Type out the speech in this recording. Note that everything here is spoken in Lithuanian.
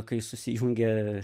kai susijungė